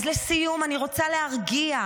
אז לסיום, אני רוצה להרגיע,